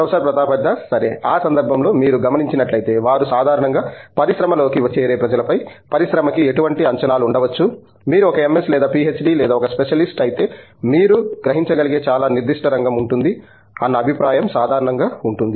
professor Pratap Haridas సరే ఆ సందర్భంలో మీరు గమనించినట్లైతే వారు సాధారణంగా పరిశ్రమలోకి చేరే ప్రజల పై పరిశ్రమకి ఎటువంటి అంచనాలు ఉండవచ్చు మీరు ఒక MS లేదా PhD లేదా ఒక స్పెషలిస్ట్ అయితే మీరు గ్రహించగలిగే చాలా నిర్దిష్ట రంగం ఉంటుంది అన్న అభిప్రాయం సాధారణంగా ఉంటుంది